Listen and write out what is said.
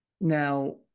Now